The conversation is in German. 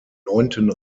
neunten